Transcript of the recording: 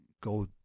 go